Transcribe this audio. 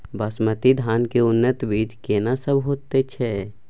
बासमती धान के उन्नत बीज केना सब होयत छै?